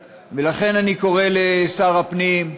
ולכן, אני קורא לשר הפנים: